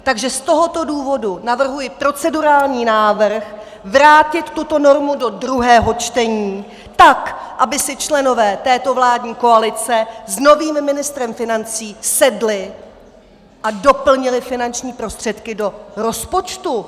Takže z tohoto důvodu navrhuji procedurální návrh vrátit tuto normu do druhého čtení, tak aby si členové této vládní koalice s novým ministrem financí sedli a doplnili finanční prostředky do rozpočtu.